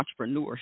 entrepreneurship